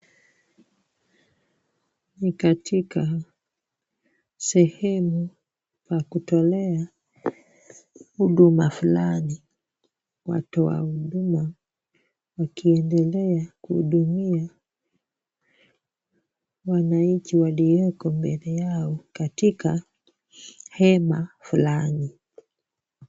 Ni katika sehemu ya kutolea huduma fulani. Watoa huduma wakiendelea kuhudumia wananchi walioko mbele yao katika hema fulani.